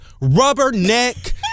rubberneck